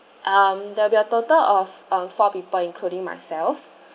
um there will be a total of um four people including myself